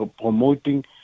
promoting